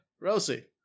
Rosie